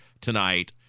tonight